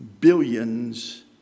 billions